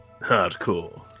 Hardcore